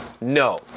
No